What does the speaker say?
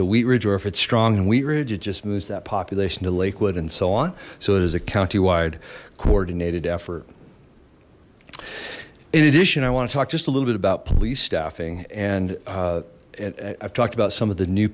to wheatridge or if it's strong and wheatridge it just moves that population to lakewood and so on so it is a countywide coordinated effort in addition i want to talk just a little bit about police staffing and and i've talked about some of the new